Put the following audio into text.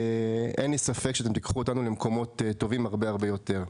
אין לי ספק שאתם תיקחו אותנו למקומות טובים הרבה הרבה יותר.